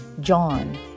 John